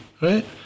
right